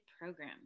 program